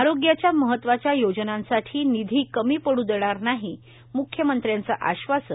आरोग्याच्या महत्वाच्या योजनांसाठी निधी कमी पडू देणार नाही मुख्यमंत्र्यांचं आश्वासन